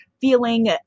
feeling